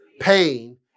pain